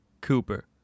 Cooper